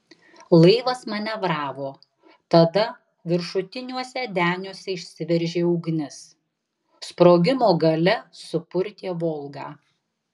laivas manevravo tada viršutiniuose deniuose išsiveržė ugnis sprogimo galia supurtė volgą